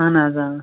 اَہن حظ آ